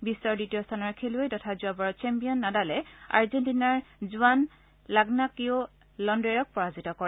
বিশ্বৰ দ্বিতীয় স্থানৰ খেলুৱৈ তথা যোৱাবাৰৰ চেম্পিয়ন নাডালে আৰ্জেণ্টিনাৰ জুৱান লাগ্গাকিঅ' লনডেৰক পৰাজিত কৰে